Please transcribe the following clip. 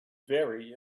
very